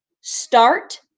Start